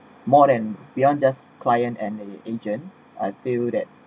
more than beyond just client and agent I feel that